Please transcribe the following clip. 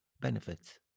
benefits